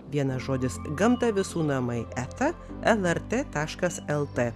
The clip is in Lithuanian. vienas žodis gamta visų namai eta lrt taškas lt